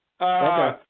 Okay